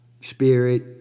spirit